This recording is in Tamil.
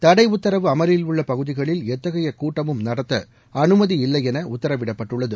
தடை உத்தரவு அமலில் உள்ள பகுதிகளில் எத்தகைய கூட்டமும் நடத்த அனுமதி இல்லையெள உத்தரவிடப்பட்டுள்ளது